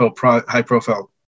high-profile